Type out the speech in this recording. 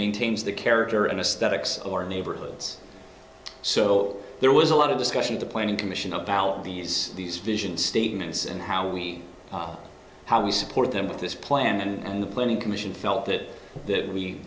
maintains the character and aesthetics or neighborhoods so there was a lot of discussion the planning commission about these these vision statements and how we how we support them with this plan and the planning commission felt that that we